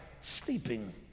sleeping